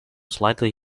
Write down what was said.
slightly